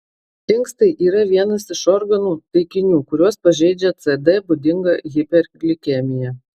inkstai yra vienas iš organų taikinių kuriuos pažeidžia cd būdinga hiperglikemija